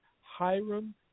Hiram